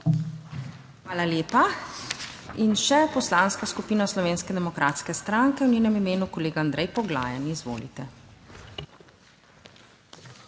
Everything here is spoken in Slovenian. Hvala lepa. In še Poslanska skupina Slovenske demokratske stranke, v njenem imenu kolega Andrej Poglajen, izvolite. ANDREJ